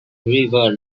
river